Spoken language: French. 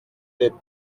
des